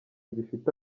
gifite